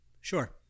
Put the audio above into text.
Sure